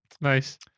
Nice